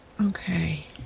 Okay